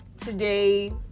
today